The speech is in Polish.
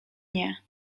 nie